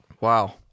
Wow